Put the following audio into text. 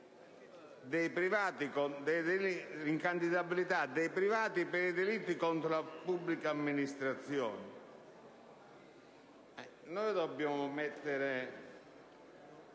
dei privati per i delitti contro la pubblica amministrazione.